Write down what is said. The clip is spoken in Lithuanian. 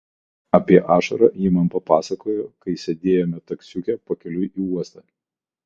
apie ašarą ji man papasakojo kai sėdėjome taksiuke pakeliui į uostą